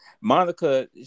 Monica